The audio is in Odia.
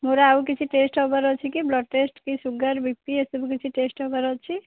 ମୋର ଆଉ କିଛି ଟେଷ୍ଟ୍ ହବାର ଅଛି କି ବ୍ଲଡ୍ ଟେଷ୍ଟ୍ କି ସୁଗାର୍ ବି ପି ଏସବୁ କିଛି ଟେଷ୍ଟ୍ ହବାର ଅଛି